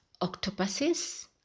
octopuses